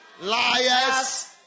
liars